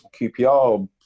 QPR